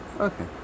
Okay